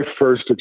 first